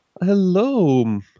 Hello